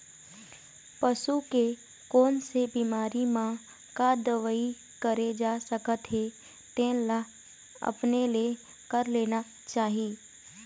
पसू के कोन से बिमारी म का दवई करे जा सकत हे तेन ल अपने ले कर लेना चाही